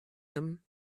them